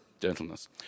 Gentleness